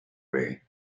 way